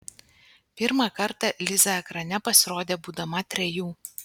pirmą kartą liza ekrane pasirodė būdama trejų